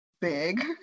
big